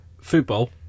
football